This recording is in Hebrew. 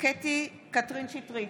בהצבעה קטי קטרין שטרית,